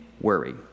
worry